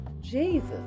Jesus